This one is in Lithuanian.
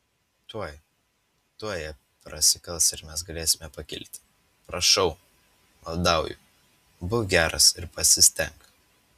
tuoj tuoj jie prasikals ir mes galėsime pakilti prašau maldauju būk geras ir pasistenk